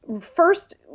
first